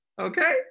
okay